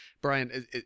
Brian